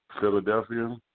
Philadelphia